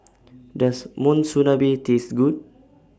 Does Monsunabe Taste Good